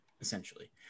essentially